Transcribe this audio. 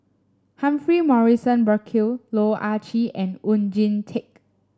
Humphrey Morrison Burkill Loh Ah Chee and Oon Jin Teik